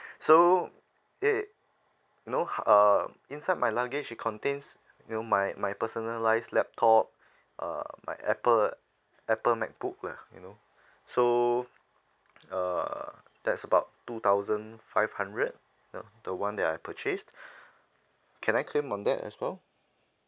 so eh you know um inside my luggage it contains you know my my personalise laptop err my apple apple macbook ya you know so err that's about two thousand five hundred know the one that I purchased can I claim on that as well